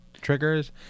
triggers